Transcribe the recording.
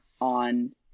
on